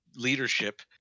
leadership